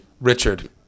Richard